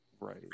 right